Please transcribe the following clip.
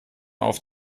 auf